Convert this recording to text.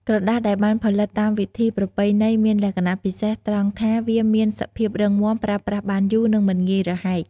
ក្រដាសដែលបានផលិតតាមវិធីប្រពៃណីមានលក្ខណៈពិសេសត្រង់ថាវាមានសភាព រឹងមាំ ប្រើប្រាស់បានយូរ និងមិនងាយរហែក។